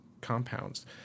compounds